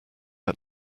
ate